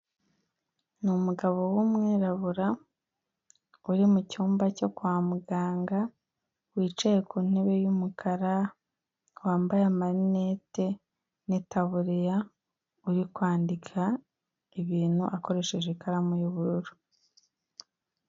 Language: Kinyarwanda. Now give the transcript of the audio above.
Ni umugabo w'umwirabura uri mucyumba cyo kwa muganga wicaye ku ntebe y'umukara wambaye amaritte n'itaburiya uri kwandika ibintu ,akoresheje ikaramu y'ubururu.